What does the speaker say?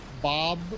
Bob